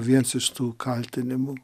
viens iš tų kaltinimų